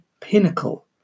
pinnacle